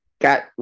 got